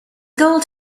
gold